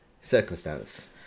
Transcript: circumstance